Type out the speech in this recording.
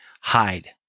hide